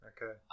Okay